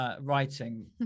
writing